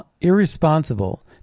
irresponsible